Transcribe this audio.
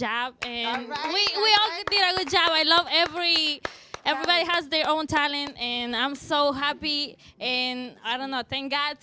job i love every everybody has their own talent and i'm so happy and i don't not think god